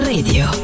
Radio